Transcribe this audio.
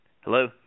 Hello